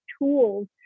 tools